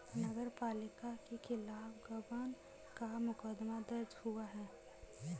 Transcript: नगर पालिका के खिलाफ गबन का मुकदमा दर्ज हुआ है